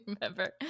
Remember